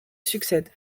succède